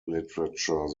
literature